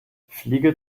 fliege